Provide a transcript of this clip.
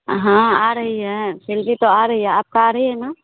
हँ आ रही है सैलरी तो आ रही है आपकी आ रही है ना